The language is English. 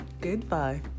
goodbye